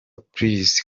plus